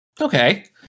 Okay